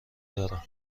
دارم